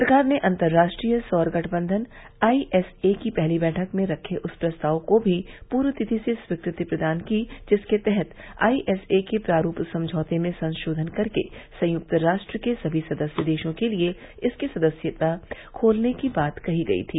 सरकार ने अंतर्राष्ट्रीय सौर गठबंधन आईएसए की पहली बैठक में रखे उस प्रस्ताव को भी पूर्व तिथि से स्वीकृति प्रदान की जिसके तहत आईएसए के प्रारूप समझौते में संशोधन करके संयुक्तराष्ट्र के सभी सदस्य देशों के लिए इसकी सदस्यता खोलने की बात कही गयी थी